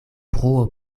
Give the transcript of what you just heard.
bruo